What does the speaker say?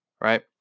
Right